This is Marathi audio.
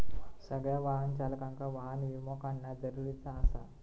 सगळ्या वाहन चालकांका वाहन विमो काढणा जरुरीचा आसा